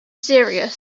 serious